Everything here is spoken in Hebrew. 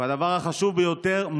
והדבר החשוב ביותר,